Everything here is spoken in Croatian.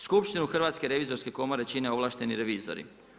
Skupštinu Hrvatske revizorske komore čine ovlašteni revizori.